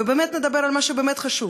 ובאמת נדבר על מה שבאמת חשוב,